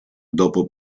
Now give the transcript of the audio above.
dopo